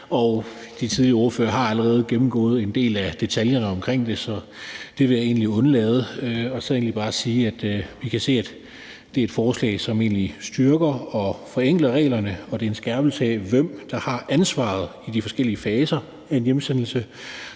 De tidligere ordførere har allerede gennemgået en del af detaljerne omkring det, så det vil jeg undlade og så egentlig bare sige, at vi kan se, at det er et forslag, som styrker og forenkler reglerne, og det er en skærpelse af, hvem der har ansvaret i de forskellige faser af en hjemsendelse.